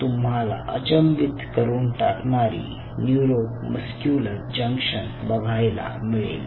तुम्हाला अचंबित करून टाकणारी न्यूरोमस्क्युलर जंक्शन बघायला मिळेल